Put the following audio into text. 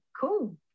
Cool